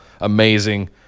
amazing